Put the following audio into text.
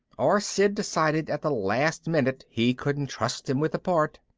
or sid decided at the last minute he couldn't trust him with the part.